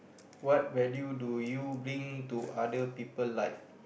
what value do you bring to other people life